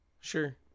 Sure